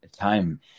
time